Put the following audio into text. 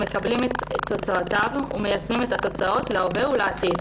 מקבלים את תוצאותיו ומיישמים את התוצאות להווה ולעתיד,